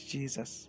Jesus